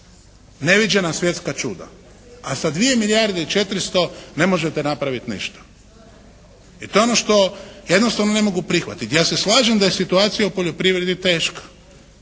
Neviđena svjetska čuda. A sa dvije milijarde i 400 ne možete napraviti ništa. I to je ono što jednostavno ne mogu prihvatiti. Ja se slažem da je situacija u poljoprivredi teška.